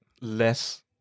less